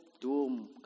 doom